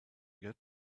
get